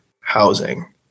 housing